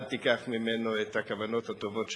אל תיקח ממנו את הכוונות הטובות שלו.